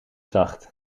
zacht